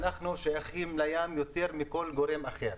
אנחנו שייכים לים יותר מכל גורם אחר.